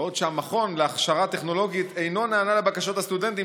בעוד המכון להכשרה טכנולוגית אינו נענה לבקשות הסטודנטים